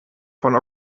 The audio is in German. von